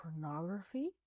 pornography